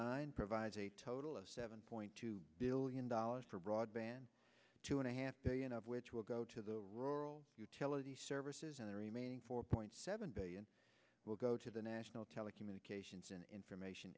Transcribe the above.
nine provides a total of seven point two billion dollars for broadband two and a half billion of which will go to the rural utility services and the remaining four point seven billion will go to the national telecommunications and information